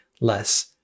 less